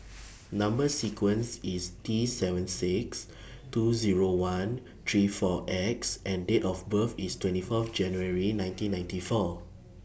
Number sequence IS T seven six two Zero one three four X and Date of birth IS twenty Fourth January nineteen ninety four